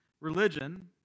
Religion